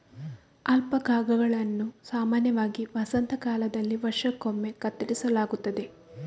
ಅಲ್ಪಾಕಾಗಳನ್ನು ಸಾಮಾನ್ಯವಾಗಿ ವಸಂತ ಕಾಲದಲ್ಲಿ ವರ್ಷಕ್ಕೊಮ್ಮೆ ಕತ್ತರಿಸಲಾಗುತ್ತದೆ